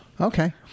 Okay